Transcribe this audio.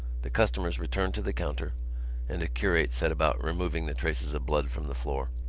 the customers returned to the counter and a curate set about removing the traces of blood from the floor.